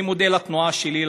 אני מודה לתנועה שלי,